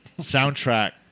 Soundtrack